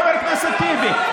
חבר הכנסת טיבי,